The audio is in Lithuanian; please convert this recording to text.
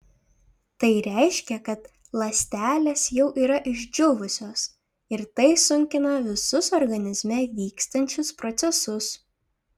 tai reiškia kad ląstelės jau yra išdžiūvusios ir tai sunkina visus organizme vyksiančius procesus